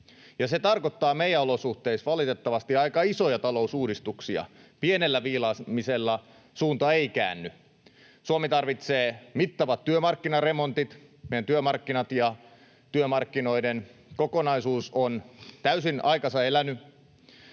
se tarkoittaa meidän olosuhteissa valitettavasti aika isoja talousuudistuksia. Pienellä viilaamisella suunta ei käänny. Suomi tarvitsee mittavat työmarkkinaremontit. Meidän työmarkkinat ja työmarkkinoiden kokonaisuus ovat täysin aikansa eläneet.